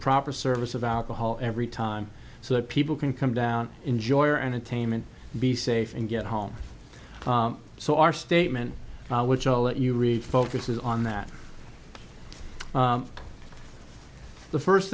proper service of alcohol every time so that people can come down enjoy and attainment be safe and get home so our statement which i'll let you read focuses on that the first